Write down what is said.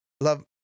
love